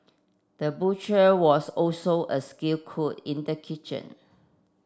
the butcher was also a skilled cook in the kitchen